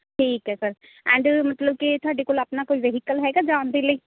ਠੀਕ ਹੈ sir and ਮਤਲਬ ਕਿ ਤੁਹਾਡੇ ਕੋਲ ਆਪਣਾ ਕੋਈ ਵਹੀਕਲ ਹੈਗਾ ਜਾਣ ਦੇ ਲਈ